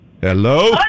Hello